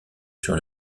sur